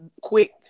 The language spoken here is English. quick